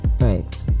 Right